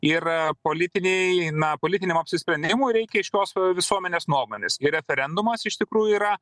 ir politiniai na politiniam apsisprendimui reikia aiškios visuomenės nuomonės ir referendumas iš tikrųjų yra